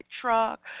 truck